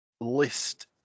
list